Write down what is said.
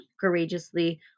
courageously